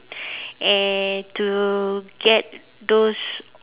and to get those